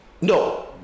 No